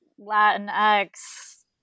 Latinx